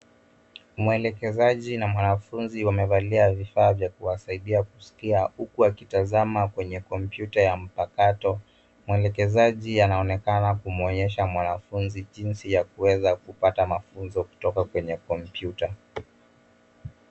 Mwelekezaji na mwanafunzi wamevalia vifaa vya kuwasaidia kusikia huku wakitazama kwenye kompyuta ya mpakato. Mwelekezaji anaonekana kumuonyesha mwanafunzi jinsi ya kuweza kupata mafunzo kutoka kwenye kompyuta.